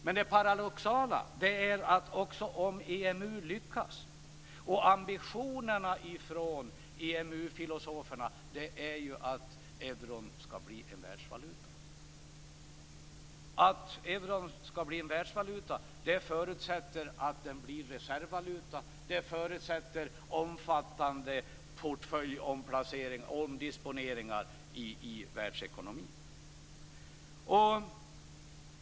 Men det paradoxala är att även om EMU lyckas - ambitionerna från EMU filosoferna är ju att euron skall bli en världsvaluta - så är en förutsättning för att euron skall bli en världsvaluta att den blir reservvaluta. Detta förutsätter omfattande portföljomplaceringar och omdisponeringar i världsekonomin.